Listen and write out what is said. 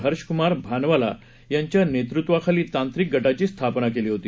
हर्षक्मार भानवाला यांच्या नेतृत्वाखाली तांत्रिक गटाची स्थापना केली होती